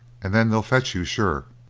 and then they'll fetch you, sure.